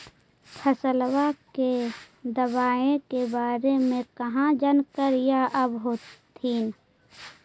फसलबा के दबायें के बारे मे कहा जानकारीया आब होतीन?